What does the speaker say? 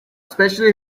especially